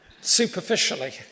superficially